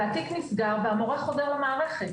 והתיק נסדר והמורה חוזר למערכת.